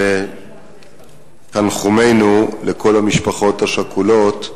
תנחומינו לכל המשפחות השכולות,